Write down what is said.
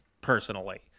personally